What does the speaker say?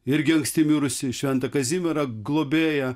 irgi anksti mirusį šventą kazimierą globėją